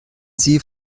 sie